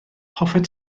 hoffet